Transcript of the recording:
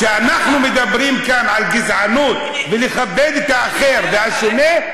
כשאנחנו מדברים כאן על גזענות ולכבד את האחר והשונה,